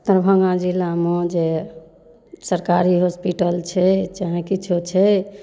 दरभंगा जिलामे जे सरकारी हॉस्पिटल छै चाहे किछो छै